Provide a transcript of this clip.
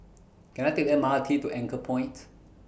Can I Take The M R T to Anchorpoint